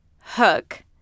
hook